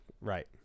Right